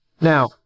Now